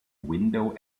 window